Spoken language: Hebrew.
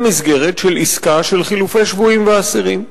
במסגרת של עסקה לחילופי שבויים ואסירים.